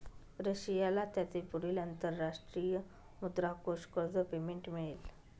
रशियाला त्याचे पुढील अंतरराष्ट्रीय मुद्रा कोष कर्ज पेमेंट मिळेल